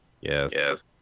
Yes